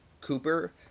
Cooper